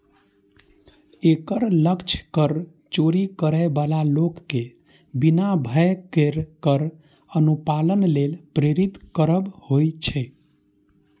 एकर लक्ष्य कर चोरी करै बला लोक कें बिना भय केर कर अनुपालन लेल प्रेरित करब होइ छै